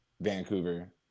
Vancouver